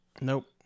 Nope